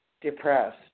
depressed